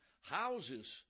houses